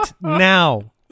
now